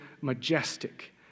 majestic